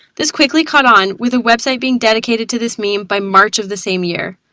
this quickly caught on, with a website being dedicated to this meme by march of the same year.